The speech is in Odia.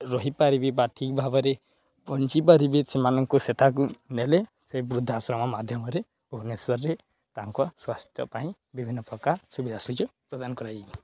ରହିପାରିବେ ବା ଠିକ୍ ଭାବରେ ବଞ୍ଚିପାରିବେ ସେମାନଙ୍କୁ ସେଠାକୁ ନେଲେ ସେ ବୃଦ୍ଧାଶ୍ରମ ମାଧ୍ୟମରେ ଭୁବନେଶ୍ୱରରେ ତାଙ୍କ ସ୍ୱାସ୍ଥ୍ୟ ପାଇଁ ବିଭିନ୍ନପ୍ରକାର ସୁବିଧା ସୁଯୋଗ ପ୍ରଦାନ କରାଯାଇଛି